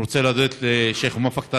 אני רוצה להודות לשיח' מוואפק טריף,